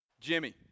Jimmy